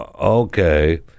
okay